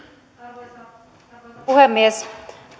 arvoisa puhemies